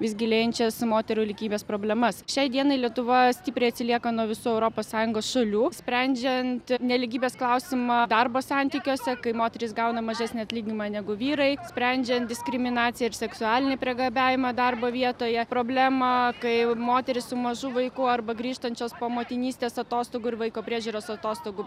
vis gilėjančias moterų lygybės problemas šiai dienai lietuva stipriai atsilieka nuo visų europos sąjungos šalių sprendžiant nelygybės klausimą darbo santykiuose kai moterys gauna mažesnį atlyginimą negu vyrai sprendžiant diskriminaciją ir seksualinį priekabiavimą darbo vietoje problemą kai moteris su mažu vaiku arba grįžtančios po motinystės atostogų ir vaiko priežiūros atostogų